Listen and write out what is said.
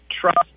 trust